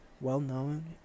well-known